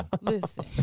Listen